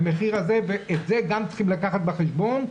גם את זה צריך לקחת בחשבון.